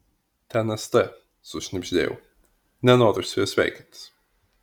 ten st sušnibždėjau nenoriu su ja sveikintis